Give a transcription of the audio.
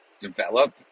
develop